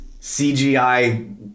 CGI